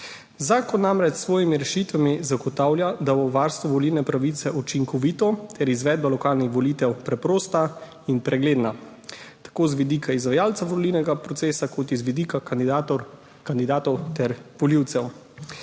Zakon namreč s svojimi rešitvami zagotavlja, da bo varstvo volilne pravice učinkovito ter izvedba lokalnih volitev preprosta in pregledna tako z vidika izvajalcev volilnega procesa kot z vidika kandidatov ter volivcev.